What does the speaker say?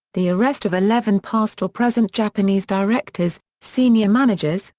the arrest of eleven past or present japanese directors, senior managers,